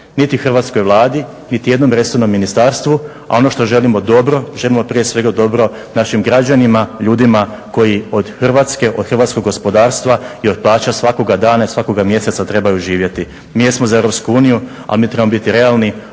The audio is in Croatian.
niti hrvatskoj Vladi, niti jednom resornom ministarstvu, a ono što želimo dobro, želimo prije svega dobro našim građanima, ljudima koji od Hrvatske, od hrvatskog gospodarstva i od plaća svakoga dana i svakoga mjeseca trebaju živjeti. Mi jesno za EU, ali mi trebamo biti realni.